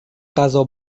غذا